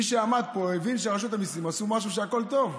מי שעמד פה הבין שרשות המיסים עשו משהו שהכול טוב.